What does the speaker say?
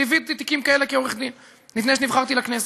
ליוויתי תיקים כאלה כעורך-דין לפני שנבחרתי לכנסת.